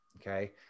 okay